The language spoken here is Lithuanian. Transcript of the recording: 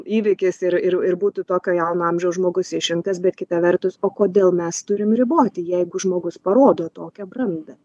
įvykis ir ir ir būtų tokio jauno amžiaus žmogus išrinktas bet kita vertus o kodėl mes turim riboti jeigu žmogus parodo tokią brandą